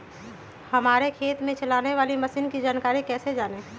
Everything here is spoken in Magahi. हमारे खेत में चलाने वाली मशीन की जानकारी कैसे जाने?